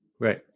Right